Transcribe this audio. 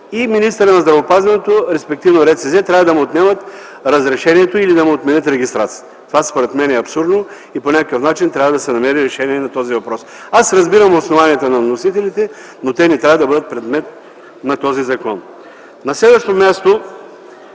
център по здравеопазване трябва да му отнеме разрешението или да му отмени регистрацията. Това според мен е абсурдно. По някакъв начин трябва да се намери решение на този въпрос. Аз разбирам основанията на вносителите, но те не трябва да бъдат предмет на този закон. На следващо място,